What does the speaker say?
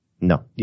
No